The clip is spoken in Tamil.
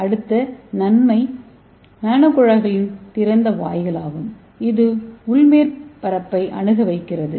அடுத்த நன்மை நானோகுழாய்களின் திறந்த வாய்கள் ஆகும் இது உள் மேற்பரப்பை அணுக வைக்கிறது